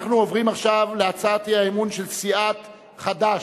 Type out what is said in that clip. אנחנו עוברים עכשיו להצעת האי-אמון של סיעות חד"ש,